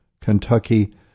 Kentucky